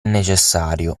necessario